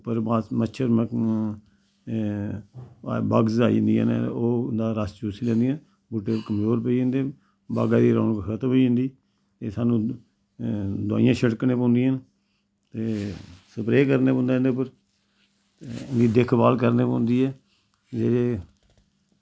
उप्पर मछर बगज़ आई जंदियां ने ओह् उं'दा रस चूसी लैंदियां बूह्टे कमज़ोर पेई जंदे न बागा दी रोनक खत्म होई जंदी ते साह्नू दवाईयां छिड़कना पौंदियां न ते स्प्रे करना पौंदा इंदे उप्पर पूरी देख भाल करनी पौंदी ऐ ते